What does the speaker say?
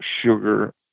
sugar